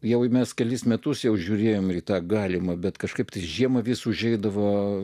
jau mes kelis metus jau žiūrėjome į tą galima bet kažkaip tai žiemą vis užeidavo